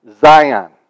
Zion